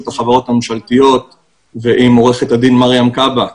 החברות הממשלתיות ועם עורכת הדין מריאן קבה,